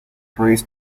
prays